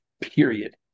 period